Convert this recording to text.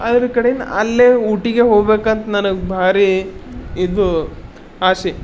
ಅದ್ರ ಕಡೆ ಅಲ್ಲೇ ಊಟಿಗೆ ಹೋಗ್ಬೇಕಂತ ನನಗೆ ಭಾರೀ ಇದು ಆಸೆ